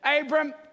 Abram